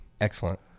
excellent